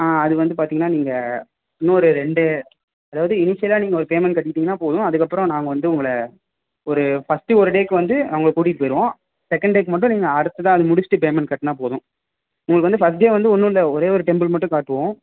ஆ அது வந்து பார்த்தீங்கன்னா நீங்கள் இன்னொரு ரெண்டு அதாவது இனிஷியலாக நீங்கள் ஒரு பேமெண்ட் கட்டிவிட்டிங்கனா போதும் அதுக்கப்புறம் நாங்கள் வந்து உங்களை ஒரு ஃபஸ்ட்டு ஒரு டேக்கு வந்து உங்களை கூட்டிகிட்டு போயிடுவோம் செகண்ட் டேக்கு மட்டும் நீங்கள் அடுத்ததாக அதை முடிச்சுட்டு பேமெண்ட் கட்டினா போதும் உங்களுக்கு வந்து ஃபஸ்ட் டே வந்து ஒன்றும் இல்லை ஒரே ஒரு டெம்பிள் மட்டும் காட்டுவோம்